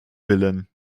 willen